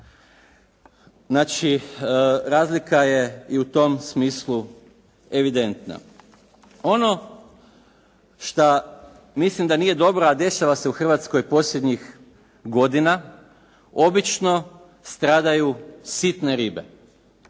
Znači, razlika je i u tom smislu evidentna. Ono što mislim da nije dobro, a dešava se u Hrvatskoj posljednjih godina, obično stradaju sitne ribe.